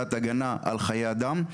בעד הגנה על חיי אדם.